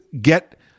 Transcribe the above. get